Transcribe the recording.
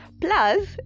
Plus